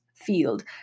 field